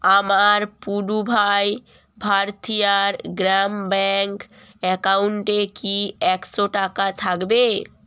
আমার পুডুভাই ভারতিয়ার গ্রাম ব্যাংক অ্যাকাউন্টে কি একশো টাকা থাকবে